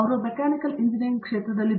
ಅವರು mechanical engineering ಕ್ಷೇತ್ರದಲ್ಲಿ B